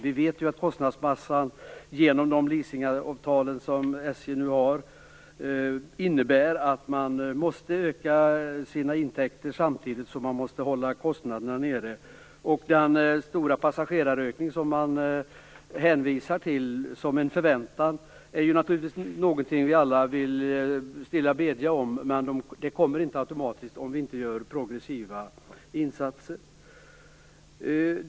Vi vet ju att kostnadsmassan, genom de leasingavtal som SJ nu har, innebär att man måste öka sina intäkter samtidigt som man måste hålla kostnaderna nere. Den stora passagerarökning som man hänvisar till att man förväntar sig är naturligtvis något som vi alla vill stilla bedja om, men den kommer inte automatiskt utan progressiva insatser.